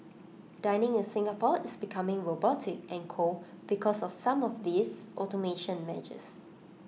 dining in Singapore is becoming robotic and cold because of some of these automation measures